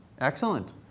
Excellent